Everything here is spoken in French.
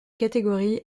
catégories